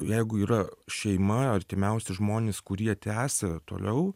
jeigu yra šeima artimiausi žmonės kurie tęsia toliau